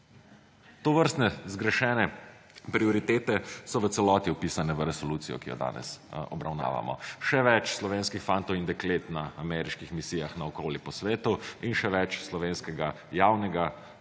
Tovrstne zgrešene prioritete so v celoti vpisane v resolucijo, ki jo danes obravnavamo. Še več slovenskih fantov in deklet na ameriških misijah naokoli po svetu in še več slovenskega javnega